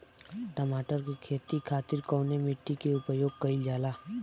टमाटर क खेती खातिर कवने मिट्टी के उपयोग कइलजाला?